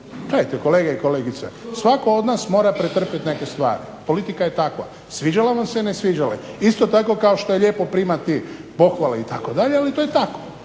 svatko od nas mora pretrpiti neku stvar, politika je takva, sviđalo nam se ili ne sviđalo. Isto tako kao što je lijepo primati pohvale, itd., ali to je tako,